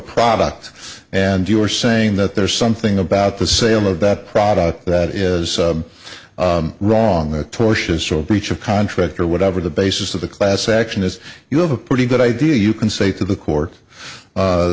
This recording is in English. product and you are saying that there's something about the sale of that product that is wrong the tortious or breach of contract or whatever the basis of the class action is you have a pretty good idea you can say to the court